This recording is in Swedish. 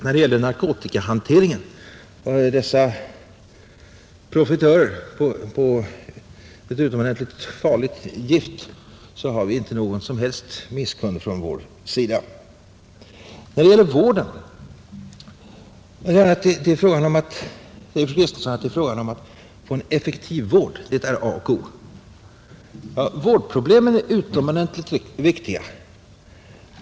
När det gäller narkotikahanteringen — dessa profitörer på ett utomordentligt farligt gift — visar vi inte någon som helst misskund från vår sida. Då det gäller vården säger fru Kristensson att det är A och O att få en effektiv vård. Ja, vårdproblemen är utomordentligt viktiga.